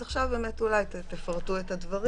אז, עכשיו, באמת אולי תפרטו את הדברים.